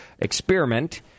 experiment